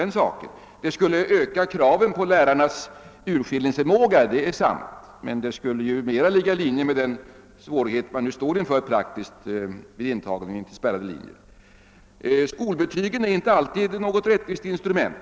En sådan skala skulle visserligen öka kraven på lärarnas urskillningsförmåga, men den skulle samtidigt kunna bli ett medel för att bemästra de nuvarande svårigheterna vid intagning på spärrade linjer. Skolbetygen är inte alltid något rättvist urvalsinstrument.